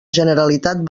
generalitat